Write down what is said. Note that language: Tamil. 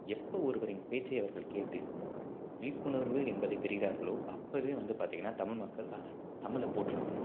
எப்போ ஒருவரின் பேச்சை அவர்கள் கேட்டு விழிப்புணர்வு என்பதை பெறுகிறார்களோ அப்போவே வந்து பார்த்தீங்கன்னா தமிழ் மக்கள் அதை தமிழை போற்றுவாங்க